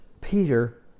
Peter